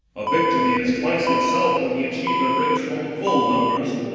a victory is twice itself when the achiever brings home full numbers.